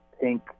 pink